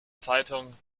zeitung